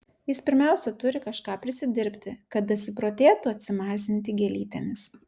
jis pirmiausia turi kažką prisidirbti kad dasiprotėtų atsimazinti gėlytėmis